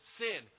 sin